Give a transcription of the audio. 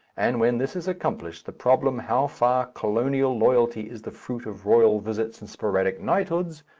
and when this is accomplished the problem how far colonial loyalty is the fruit of royal visits and sporadic knighthoods,